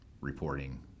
reporting